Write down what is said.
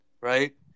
right